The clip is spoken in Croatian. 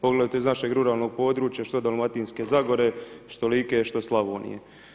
Pogledajte iz našeg ruralnog područja, što Dalmatinske zagore, što Like, što Slavonije.